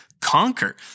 conquer